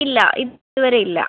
ഇല്ല ഇതുവരെ ഇല്ല